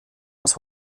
aus